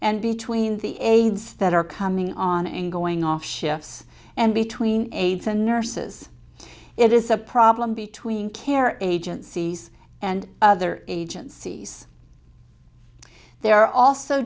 and between the aides that are coming on and going off shifts and between aides and nurses it is a problem between care in agencies and other agencies there are also